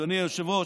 אדוני היושב-ראש,